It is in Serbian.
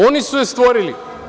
Oni su je stvorili.